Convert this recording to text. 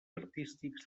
artístics